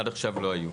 עד עכשיו לא היו.